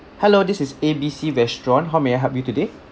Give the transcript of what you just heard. hello this is A B C restaurant how may I help you today